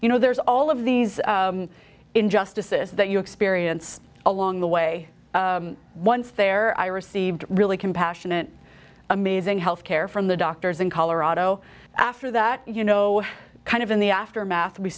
you know there's all of these injustices that you experience along the way once there i received really compassionate amazing health care from the doctors in colorado after that you know kind of in the aftermath we